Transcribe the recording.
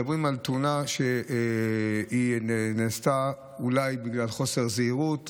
מדברים על תאונה שנעשתה אולי בגלל חוסר זהירות,